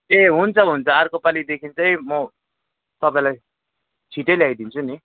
ए हुन्छ हुन्छ अर्कोपालिदेखि चाहिँ म तपाईँलाई छिट्टै ल्याइदिन्छु नि